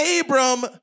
Abram